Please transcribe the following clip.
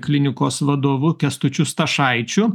klinikos vadovu kęstučiu stašaičiu